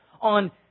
on